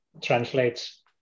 translates